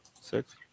Six